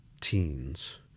teens